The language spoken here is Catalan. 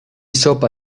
sopa